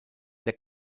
der